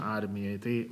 armija tai